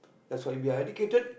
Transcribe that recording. that's why if you are educated